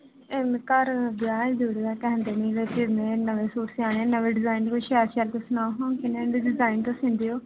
घर ब्याह ऐ जुड़़े दा ते फिर में नमें सूट सिआने नमें डिजाइन दे कोई शैल शैल कोई सनाओ हां कनेह् डिजाइन तुस सींदे ओ